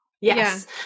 Yes